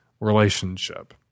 relationship